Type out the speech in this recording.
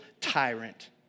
tyrant